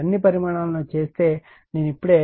అన్ని పరిమాణాలను చేస్తే నేను ఇప్పుడే